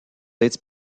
être